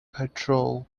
patrol